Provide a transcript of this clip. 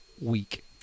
week